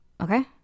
okay